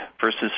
versus